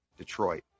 Detroit